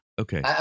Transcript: Okay